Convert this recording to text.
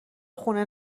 خونه